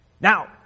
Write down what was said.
Now